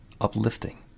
uplifting